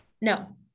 no